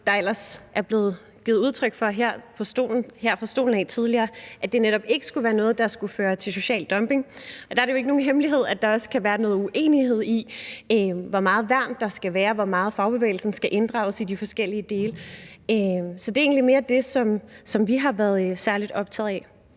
ellers er blevet givet udtryk for her fra talerstolen tidligere, skulle være noget, der skulle føre til social dumping. Der er det jo ikke nogen hemmelighed, at der også kan være noget uenighed, med hensyn til hvor meget værn der skal være, og hvor meget fagbevægelsen skal inddrages i de forskellige dele. Så det er egentlig mere det, som vi har været særlig optaget af.